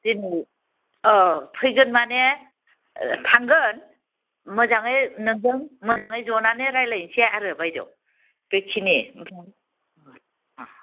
दिनै अ फैगोन माने थांगोन मोजाङै नोंजों मोजाङै ज'नानै रायज्लायनोसै आरो बायदेव बेखिनि